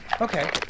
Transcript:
Okay